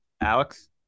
Alex